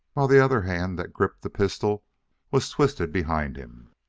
while the other hand that gripped the pistol was twisted behind him.